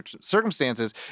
circumstances